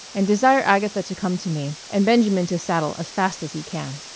and desire agatha to come to me, and benjamin to saddle as fast as he can.